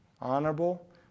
honorable